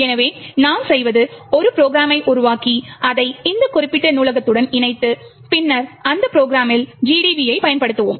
எனவே நாம் செய்வது ஒரு ப்ரொக்ராமை உருவாக்கி அதை இந்த குறிப்பிட்ட நூலகத்துடன் இணைத்து பின்னர் அந்த ப்ரொக்ராமில் GDB ஐப் பயன்படுத்துவோம்